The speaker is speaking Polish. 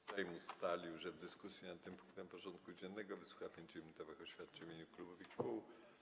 Sejm ustalił, że w dyskusji nad tym punktem porządku dziennego wysłucha 5-minutowych oświadczeń w imieniu klubów i kół.